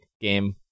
game